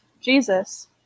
Jesus